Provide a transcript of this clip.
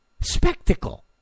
spectacle